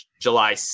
July